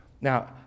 Now